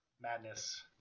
Madness